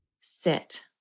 sit